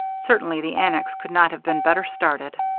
certainly the annex could not have been better started.